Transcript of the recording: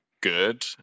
good